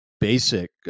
basic